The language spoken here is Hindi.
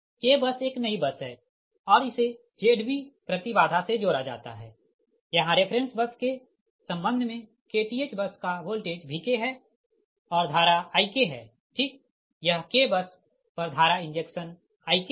k बस एक नई बस है और इसे Zb प्रति बाधा से जोड़ा जाता है यहाँ रेफ़रेंस बस के संबंध मे kth बस का वोल्टेज Vk है और धारा Ik है ठीक यह k बस पर धारा इंजेक्शन Ik है